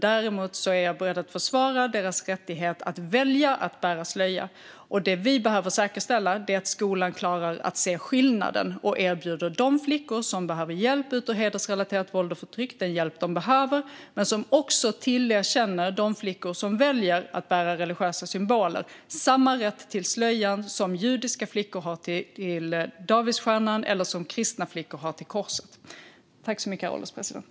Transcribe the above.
Däremot är jag beredd att försvara deras rättighet att välja att bära slöja. Det vi behöver säkerställa är att skolan klarar att se skillnaden och erbjuder de flickor som behöver hjälp ut ur hedersrelaterat våld och förtryck den hjälp de behöver men också tillerkänner de flickor som väljer att bära religiösa symboler samma rätt till slöjan som judiska flickor har till davidsstjärnan eller som kristna flickor har till korset.